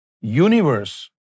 universe